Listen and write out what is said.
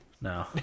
No